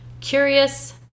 curious